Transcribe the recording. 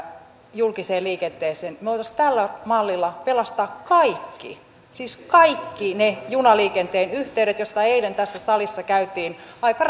julkiseen liikenteeseen me voisimme tällä mallilla pelastaa kaikki siis kaikki ne junaliikenteen yhteydet joista eilen tässä salissa käytiin aika